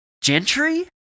Gentry